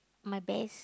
my best